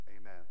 Amen